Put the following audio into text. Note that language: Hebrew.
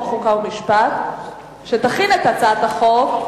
חוק ההתייעלות הכלכלית (תיקוני חקיקה ליישום